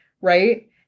Right